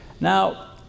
Now